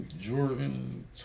Jordan